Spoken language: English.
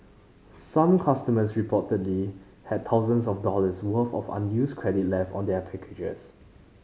some customers reportedly have thousands of dollars worth of unused credit left on their packages